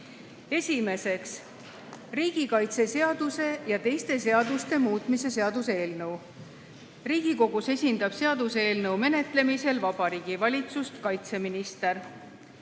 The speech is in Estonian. Esimeseks, riigikaitseseaduse ja teiste seaduste muutmise seaduse eelnõu. Riigikogus esindab seaduseelnõu menetlemisel Vabariigi Valitsust kaitseminister.